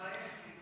תתבייש.